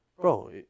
Bro